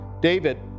David